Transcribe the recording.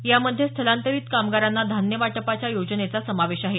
यामध्ये स्थलांतरित कामगारांना धान्य वाटपाच्या योजनेचा समावेश आहे